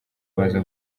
baza